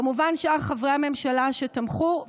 וכמובן לשאר חברי הממשלה שתמכו.